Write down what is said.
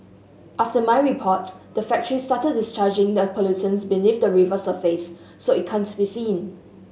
after my report the factory started discharging the a pollutants beneath the river surface so it can't be seen